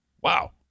Wow